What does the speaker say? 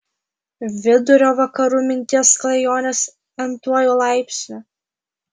vidurio vakarų minties klajonės n tuoju laipsniu